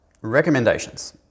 recommendations